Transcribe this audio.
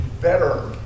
better